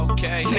Okay